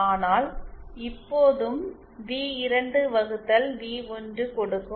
ஆனால் இப்போதும் வி2 வகுத்தல் வி1 கொடுக்கும்